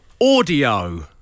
Audio